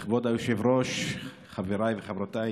כבוד היושב-ראש, חבריי וחברותיי